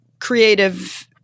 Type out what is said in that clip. creative